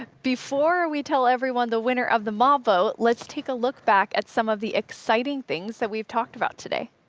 before we tell everyone the winner of the mob vote, let's take a look back at some of the exciting things that we've talked about today.